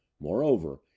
moreover